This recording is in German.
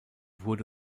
wurde